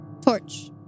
torch